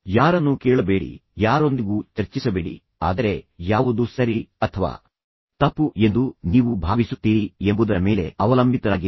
ಯಾರನ್ನೂ ಕೇಳಬೇಡಿ ಯಾರೊಂದಿಗೂ ಚರ್ಚಿಸಬೇಡಿ ಆದರೆ ಯಾವುದು ಸರಿ ಅಥವಾ ತಪ್ಪು ಎಂದು ನೀವು ಭಾವಿಸುತ್ತೀರಿ ಎಂಬುದರ ಮೇಲೆ ಅವಲಂಬಿತರಾಗಿರಿ